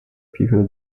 people